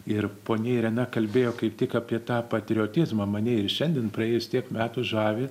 ir ponia irena kalbėjo kaip tik apie tą patriotizmą mane ir šiandien praėjus tiek metų žavi